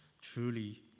truly